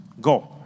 Go